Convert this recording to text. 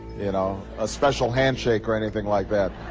you know, a special handshake or anything like that.